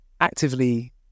actively